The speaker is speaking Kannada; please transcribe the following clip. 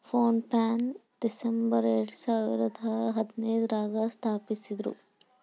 ಫೋನ್ ಪೆನ ಡಿಸಂಬರ್ ಎರಡಸಾವಿರದ ಹದಿನೈದ್ರಾಗ ಸ್ಥಾಪಿಸಿದ್ರು